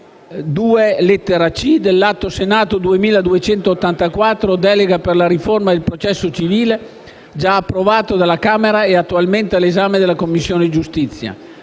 2, lettera c) dell'Atto Senato 2284, (Delega per la riforma del processo civile), già approvato dalla Camera e attualmente all'esame della Commissione giustizia.